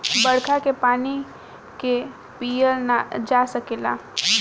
बरखा के पानी के पिअल जा सकेला